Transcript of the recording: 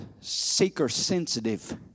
seeker-sensitive